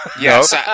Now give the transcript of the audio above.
Yes